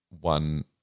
one